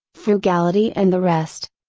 frugality and the rest.